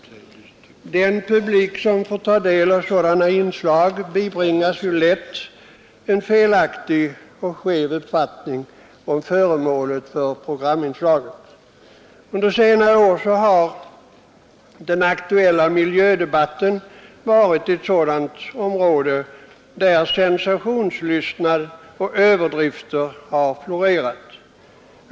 Den publik som får ta del av sådana inslag bibringas lätt en felaktig och skev uppfattning om föremålet för programinslaget. Den under senare år aktuella miljödebatten har varit ett område där sensationslystnad och överdrift har florerat.